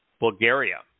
bulgaria